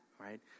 right